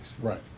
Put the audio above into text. Right